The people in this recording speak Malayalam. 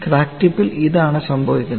ക്രാക്ക് ടിപ്പിൽ ഇതാണ് സംഭവിക്കുന്നത്